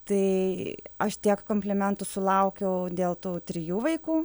tai aš tiek komplimentų sulaukiau dėl tų trijų vaikų